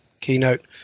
keynote